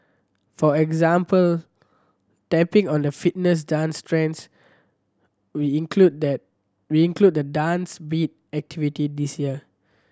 for example tapping on the fitness dance trends we included that we included the Dance Beat activity this year